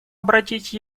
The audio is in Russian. обратить